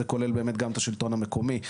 זה כולל באמת גם את השלטון המקומי,